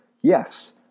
Yes